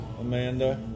Amanda